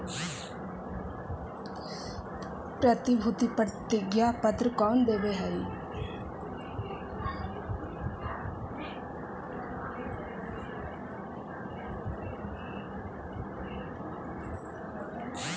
प्रतिभूति प्रतिज्ञा पत्र कौन देवअ हई